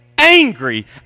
Angry